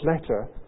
letter